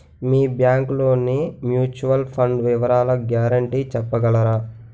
మీ bank లోని mutual fund వివరాల guarantee చెప్పగలరా?